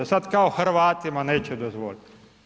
Sada kao Hrvatima neće dozvoliti.